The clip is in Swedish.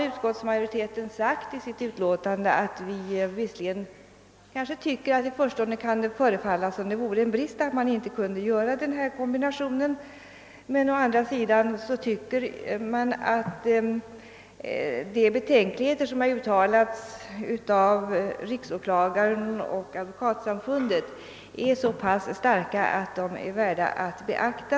Utskottsmajoriteten har i sitt utlåtande framhållit att det visserligen i förstone kan förefalla som en brist att man inte kan göra den kombination som motionen avser, men å andra sidan synes de betänkligheter som uttalats av riksåklagaren och Advokatsamfundet vara så starka att de är värda att beakta.